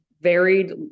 varied